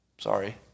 Sorry